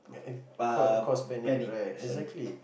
yeah and cause cause panic right exactly